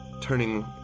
turning